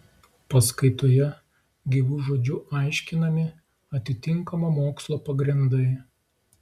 paskaitoje gyvu žodžiu aiškinami atitinkamo mokslo pagrindai